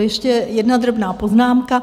Ještě jedna drobná poznámka.